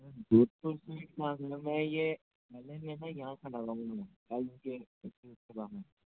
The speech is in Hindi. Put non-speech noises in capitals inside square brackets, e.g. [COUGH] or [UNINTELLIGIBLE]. [UNINTELLIGIBLE] मैडम मैं ये यहाँ खड़ा [UNINTELLIGIBLE]